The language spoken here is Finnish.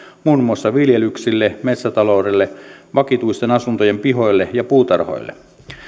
muun muassa viljelyksille metsätaloudelle vakituisten asuntojen pihoille ja puutarhoille